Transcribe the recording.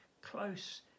close